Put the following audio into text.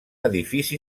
edifici